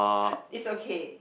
it's okay